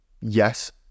yes